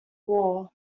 war